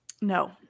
No